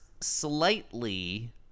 slightly